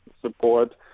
support